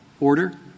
order